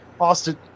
Austin